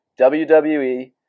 WWE